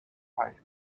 piety